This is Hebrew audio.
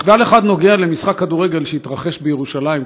מחדל אחד קשור למשחק כדורגל שהתרחש בירושלים,